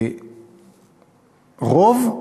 רוב,